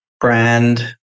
brand